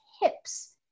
hips